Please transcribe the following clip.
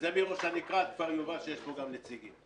וזה מראש הנקרה עד כפר יובל שיש פה גם נציגים.